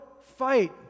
fight